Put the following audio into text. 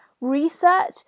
Research